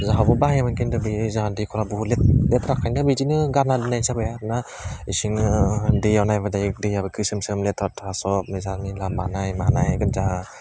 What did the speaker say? जाहाबो बाहायोमोन खिन्थु बे जाहा दैखरा बहुथ लेथ्राखायनो बिदिनो गारना दोननाय जाबाय आरो ना इसोरनो दैयाव नायबाथाय दैयाबो गोसोम सोम लेथ्रा थ्रा सबनो मिसाल मिला बानाय मानाय गोजा